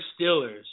Steelers